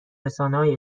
رسانههای